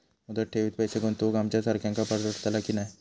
मुदत ठेवीत पैसे गुंतवक आमच्यासारख्यांका परवडतला की नाय?